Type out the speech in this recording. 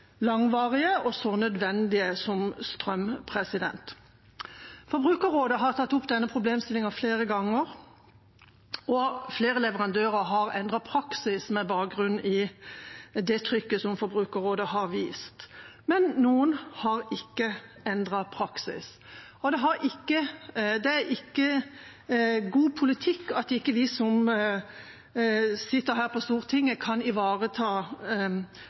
langvarige og så nødvendige som strøm. Forbrukerrådet har tatt opp denne problemstillingen flere ganger, og flere leverandører har endret praksis med bakgrunn i trykket fra Forbrukerrådet. Men noen har ikke endret praksis. Det er ikke god politikk at vi som sitter her på Stortinget, ikke kan ivareta